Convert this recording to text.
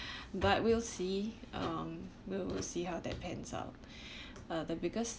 but we'll see um we'll see how that pans out uh the biggest